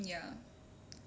ya